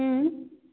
अँ